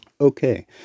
Okay